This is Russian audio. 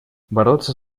бороться